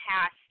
past